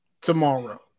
tomorrow